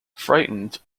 frightened